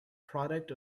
product